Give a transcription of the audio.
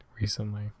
recently